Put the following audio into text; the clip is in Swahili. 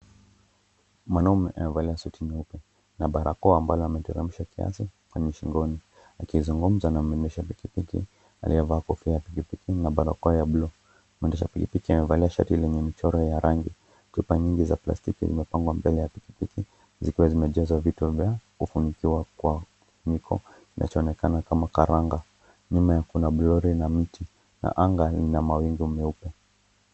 Mwanaume amevalia suti nyeupe, na barakoa ambayo ameteremsha kiasi kwenye shingoni, akizungumza na mwendesha pikipiki, aliyevaa kofia ya pikipiki na barakoa ya (cs)blue(cs), mwendesha pikipiki amevalia shati lenye michoro ya rangi. Chupa nyingi za plastiki zimepangwa mbele ya pikipiki, zikwa zimejazwa vitu vya, kufunikiwa kwa miko inacho onekana kama karanga. Nyuma kuna birauli na mti, na anga lina mawingu meupe.